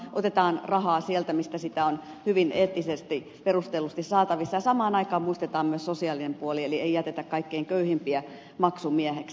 otetaan rahaa sieltä mistä sitä on hyvin eettisesti perustellusti saatavissa ja samaan aikaan muistetaan myös sosiaalinen puoli eli ei jätetä kaikkein köyhimpiä maksumiehiksi